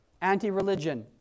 anti-religion